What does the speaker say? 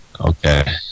Okay